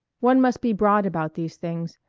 one must be broad about these things,